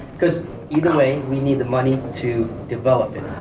cause either way we need the money to develop it?